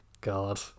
God